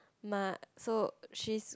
my so she's